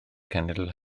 cenedl